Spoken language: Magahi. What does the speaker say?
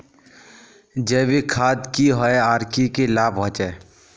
जैविक खाद की होय आर की की लाभ होचे?